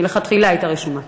מלכתחילה הייתה רשומה.